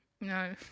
No